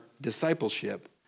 discipleship